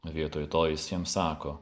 vietoj to jis jiems sako